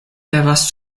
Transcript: devas